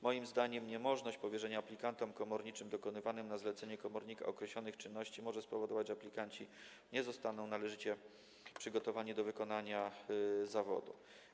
Moim zdaniem niemożność powierzenia aplikantom komorniczym dokonywania, na zlecenie komornika, określonych czynności może spowodować, że aplikanci nie zostaną należycie przygotowani do wykonywania zawodu.